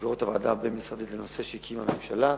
במסגרות הוועדה הבין-משרדית לנושא שהקימה הממשלה.